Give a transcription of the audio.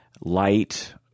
light